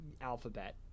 Alphabet